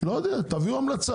תביאו המלצה.